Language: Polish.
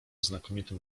znakomitym